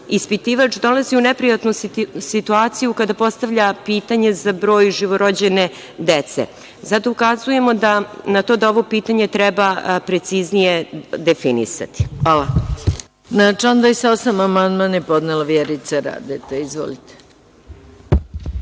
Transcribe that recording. ispitivač dolazi u neprijatnu situaciju kada postavlja pitanje za broj živorođene dece. Zato ukazujemo na to da ovo pitanje treba preciznije definisati. Hvala. **Maja Gojković** Na član 28. amandman je podnela Vjerica Radeta. Izvolite.